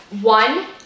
One